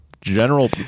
general